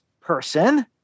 person